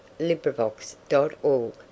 LibriVox.org